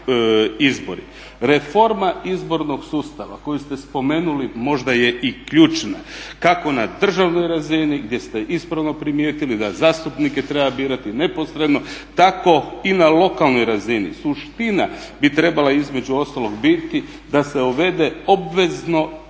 Reforma izbornog sustava koju ste spomenuli možda je i ključna, kako na državnoj razini gdje ste ispravno primijetili da zastupnike treba birati neposredno, tako i na lokalnoj razini. Suština bi trebala između ostaloga biti da se uvede obvezni izlazak